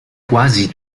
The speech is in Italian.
quasi